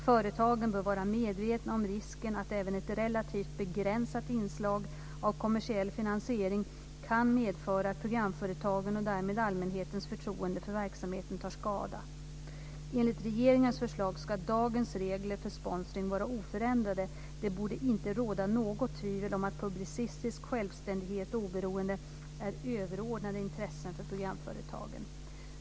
Företagen bör vara medvetna om risken att även ett relativt begränsat inslag av kommersiell finansiering kan medföra att programföretagen och därmed allmänhetens förtroende för verksamheten tar skada. Enligt regeringens förslag ska dagens regler för sponsring vara oförändrade. Det borde inte råda något tvivel om att publicistisk självständighet och oberoende är överordnade intressen för programföretagen.